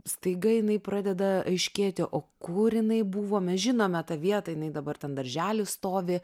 staiga jinai pradeda aiškėti o kur jinai buvo mes žinome tą vietą jinai dabar ten daržely stovi